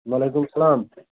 وعلیکُم سلام